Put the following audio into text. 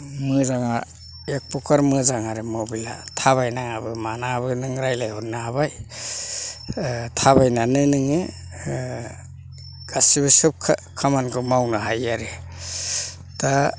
बेनो मोजांआ एक फुखार मोजां आरो मबेलआ थाबाय नाङाबो मानाङाबो नों रायलायहरनो हाबाय थाबायनानैनो नोङो गासिबो सोब खा खामानिखौ मावनो हायो आरो दा